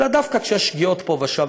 אלא דווקא כשיש שגיאות פה ושם,